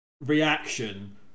reaction